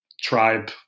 tribe